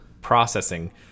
processing